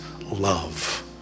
love